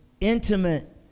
intimate